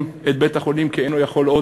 את בית-החולים כי אינו יכול עוד?